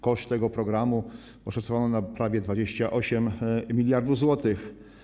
Koszt tego programu oszacowano na prawie 28 mld zł.